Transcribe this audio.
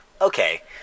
okay